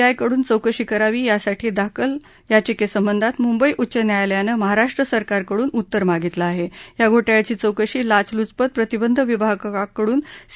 I कडून चौकशी करावी यासाठी दाखल याचिकसिंधात मुंबई उच्च न्यायालयानं महाराष्ट्र सरकारकडून उत्तर मागितलं आहा आ घोटाळ्याची चौकशी लाचलचूपत प्रतिबंध विभागाकडून सी